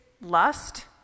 lust